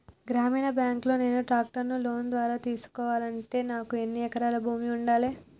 గ్రామీణ బ్యాంక్ లో నేను ట్రాక్టర్ను లోన్ ద్వారా తీసుకోవాలంటే నాకు ఎన్ని ఎకరాల భూమి ఉండాలే?